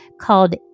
called